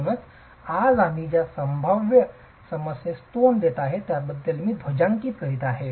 म्हणूनच आज आम्ही ज्या संभाव्य समस्येस तोंड देत आहे त्याबद्दल मी ध्वजांकित करीत आहे